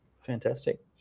Fantastic